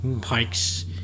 pikes